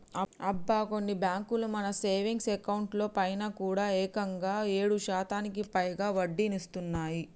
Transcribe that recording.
అబ్బా కొన్ని బ్యాంకులు మన సేవింగ్స్ అకౌంట్ లో పైన కూడా ఏకంగా ఏడు శాతానికి పైగా వడ్డీనిస్తున్నాయి